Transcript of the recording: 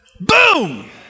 boom